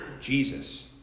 Jesus